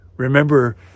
Remember